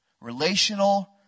Relational